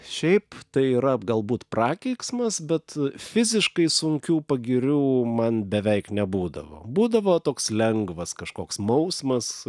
šiaip tai yra galbūt prakeiksmas bet fiziškai sunkių pagirių man beveik nebūdavo būdavo toks lengvas kažkoks mausmas